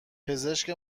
پزشک